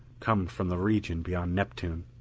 come from the region beyond neptune.